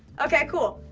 okay, cool.